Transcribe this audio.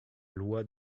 loi